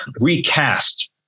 recast